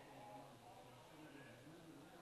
היא ביקשה לא לעבור דרך מכונת החיפוש,